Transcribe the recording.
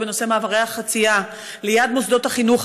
בנושא מעברי החציה ליד מוסדות החינוך,